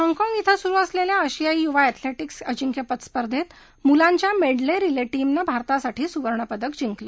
हाँगकाँग इथं सुरु असलेल्या आशियाई युवा एथलेटिक्स अजिंक्यपद स्पर्धेत मुलांच्या मेडले रिले टीम ने भारतासाठी सुवर्णपदक जिंकलं